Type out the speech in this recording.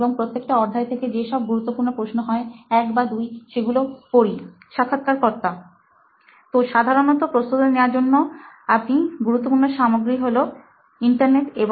এবং প্রত্যেকটা অধ্যায় থেকে যে সব গুরুত্বপূর্ণ প্রশ্নগুলি হয় 1 বা 2 সেগুলো পড়ি